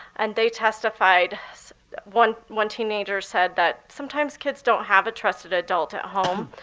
and they testified one one teenager said that sometimes kids don't have a trusted adult at home.